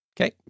Okay